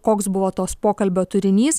koks buvo tos pokalbio turinys